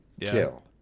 Kill